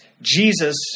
Jesus